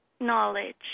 knowledge